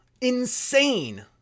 insane